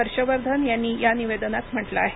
हर्षवर्धन यांनी या निवेदनात म्हटलं आहे